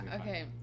okay